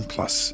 Plus